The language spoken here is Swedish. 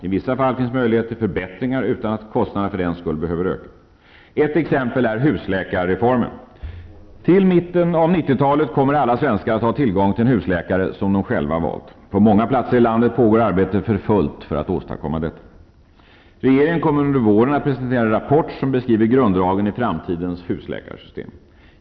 I vissa fall finns möjligheter till förbättringar utan att kostnaderna för den skull behöver öka. Ett exempel är husläkarreformen. I mitten av 1990 talet kommer alla svenskar att ha tillgång till en husläkare som de själva valt. På många platser i landet pågår arbetet för fullt för att åstadkomma detta. Regeringen kommer under våren att presentera en rapport som beskriver grunddragen i framtidens husläkarsystem.